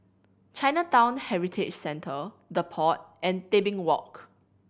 Chinatown Heritage Centre The Pod and Tebing Walk